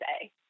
say